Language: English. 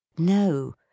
No